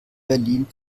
berlin